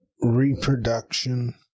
reproduction